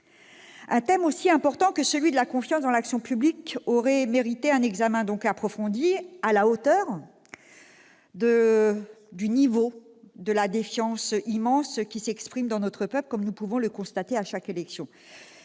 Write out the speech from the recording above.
Un thème aussi important que celui de la confiance dans l'action publique aurait mérité un examen approfondi, à la hauteur de la défiance immense qui s'exprime dans notre société, comme nous pouvons le constater à chaque élection.